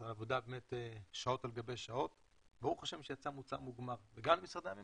מנהלת הוועדה על שעות של עבודה וגם למשרדי הממשלה,